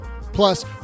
Plus